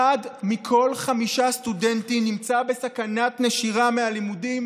אחד מכל חמישה סטודנטים נמצא בסכנת נשירה מהלימודים